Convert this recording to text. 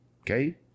Okay